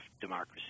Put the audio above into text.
democracy